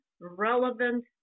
relevant